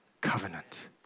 covenant